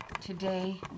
Today